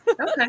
Okay